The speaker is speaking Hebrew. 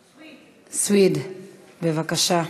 בבקשה,